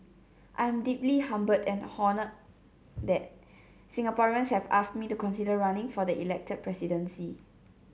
I am deeply humbled and honoured that Singaporeans have asked me to consider running for the elected presidency